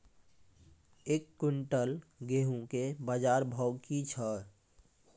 एक क्विंटल गेहूँ के बाजार भाव की छ?